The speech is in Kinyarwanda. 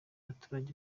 baturage